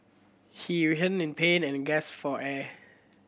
he in pain and gas for air